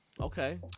Okay